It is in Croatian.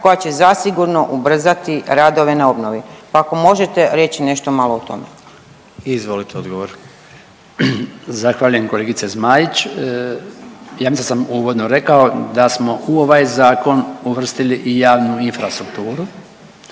koja će zasigurno ubrzati radove na obnovi, pa ako možete reći nešto malo o tome. **Jandroković, Gordan (HDZ)** Izvolite odgovor. **Bačić, Branko (HDZ)** Zahvaljujem kolegice Zmaić. Ja mislim da sam uvodno rekao da smo u ovaj zakon uvrstili i javnu infrastrukturu